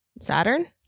Saturn